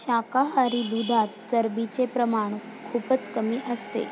शाकाहारी दुधात चरबीचे प्रमाण खूपच कमी असते